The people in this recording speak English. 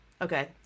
okay